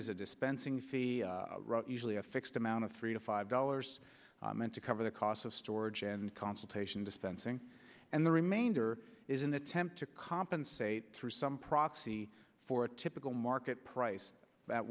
is a dispensing fee usually a fixed amount of three to five dollars meant to cover the cost of storage and consultation dispensing and the remainder is an attempt to compensate through some proxy for a typical market price at